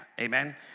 Amen